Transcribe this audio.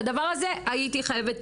לפני שאתן את זכות הדיבור